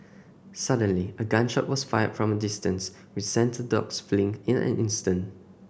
suddenly a gun shot was fired from a distance which sent the dogs fleeing in an instant